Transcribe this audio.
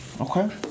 okay